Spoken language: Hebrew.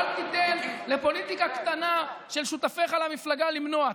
אל תיתן לפוליטיקה קטנה של שותפיך למפלגה למנוע.